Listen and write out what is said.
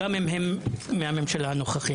גם אם הם מהממשלה הנוכחית.